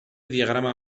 diagrama